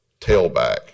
tailback